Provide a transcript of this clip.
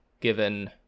given